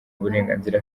burenganzira